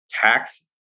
tax